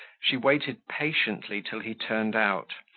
she waited patiently till he turned out,